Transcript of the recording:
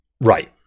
Right